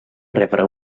rebre